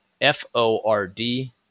F-O-R-D